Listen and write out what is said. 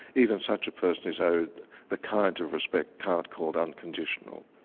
even such a person is owed the kind of respect kant called unconditional.